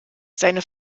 seine